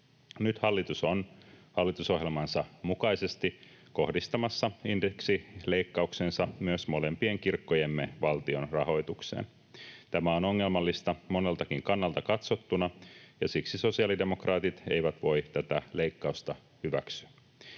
Nyt hallitus on hallitusohjelmansa mukaisesti kohdistamassa indeksileikkauksensa myös molempien kirkkojemme valtion rahoitukseen. Tämä on ongelmallista moneltakin kannalta katsottuna, ja siksi sosiaalidemokraatit eivät voi tätä leikkausta hyväksyä.